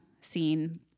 scene